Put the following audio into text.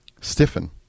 stiffen